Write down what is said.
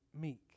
meek